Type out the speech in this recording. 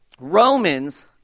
Romans